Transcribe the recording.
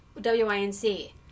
W-I-N-C